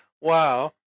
Wow